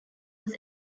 was